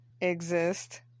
exist